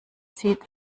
sieht